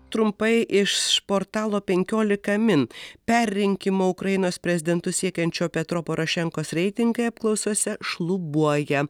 trumpai iš portalo penkiolika min perrinkimo ukrainos prezidentu siekiančio petro porošenkos reitingai apklausose šlubuoja